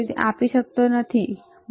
તે આપી શકતો નથી ખરું